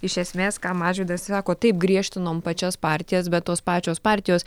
iš esmės ką mažvydas sako taip griežtinom pačias partijas bet tos pačios partijos